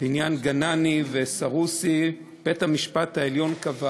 בעניין גנני וסרוסי בית-המשפט העליון קבע